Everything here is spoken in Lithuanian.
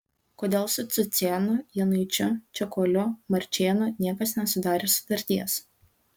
kodėl su cucėnu januičiu čekuoliu marčėnu niekas nesudarė sutarties